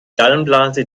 gallenblase